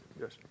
Yes